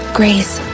grace